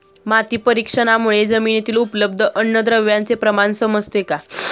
माती परीक्षणामुळे जमिनीतील उपलब्ध अन्नद्रव्यांचे प्रमाण समजते का?